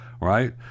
right